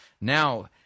Now